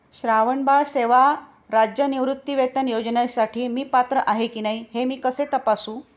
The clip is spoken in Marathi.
श्रावणबाळ सेवा राज्य निवृत्तीवेतन योजनेसाठी मी पात्र आहे की नाही हे मी कसे तपासू?